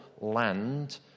land